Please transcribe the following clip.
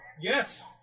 Yes